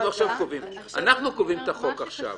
אנחנו קובעים את החוק עכשיו.